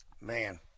man